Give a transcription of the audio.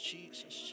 Jesus